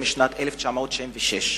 משנת 1996,